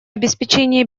обеспечения